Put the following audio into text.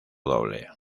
doble